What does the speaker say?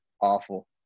awful